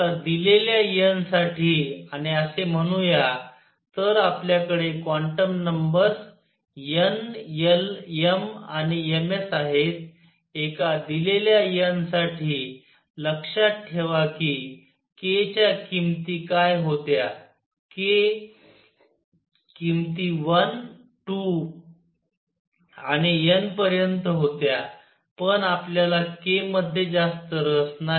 आता दिलेल्या n साठी आणि असे म्हणूया तर आपल्याकडे quantum numbers n l m आणि ms आहेत एका दिलेल्या n साठी लक्षात ठेवा की k च्या किमती काय होत्या k किमती 1 2 आणि n पर्यंत होत्या पण आपल्याला k मध्ये जास्त रस नाही